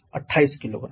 28 किग्रा